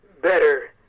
better